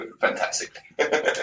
Fantastic